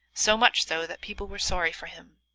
so much so that people were sorry for him,